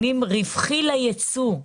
רווחי לייצוא,